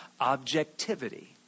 objectivity